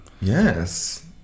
yes